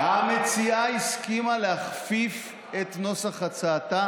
המציעה הסכימה להכפיף את נוסח הצעתה